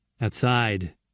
Outside